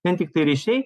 vien tiktai ryšiai